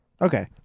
Okay